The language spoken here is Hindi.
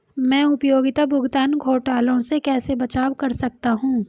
मैं उपयोगिता भुगतान घोटालों से कैसे बचाव कर सकता हूँ?